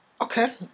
Okay